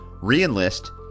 re-enlist